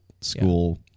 school